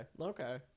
Okay